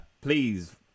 please